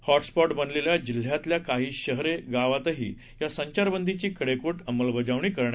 hotspot बनलेल्या जिल्ह्यातील काही शहरे गावातही या संचारबंदीची कडेकोट अंमलबजावणी करण्यात आली